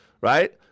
right